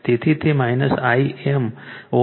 તેથી તે Im ω C છે